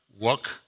work